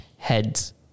Heads